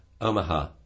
Omaha